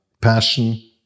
passion